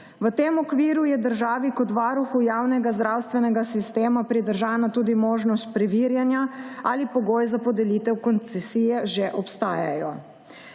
V tem okviru je državi kot varuhu javnega zdravstvenega sistema pridržana tudi možnost preverjanja, ali pogoji za podelitev koncesije že obstajajo.